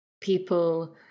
people